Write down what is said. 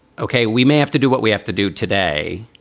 ok, we may have to do what we have to do today,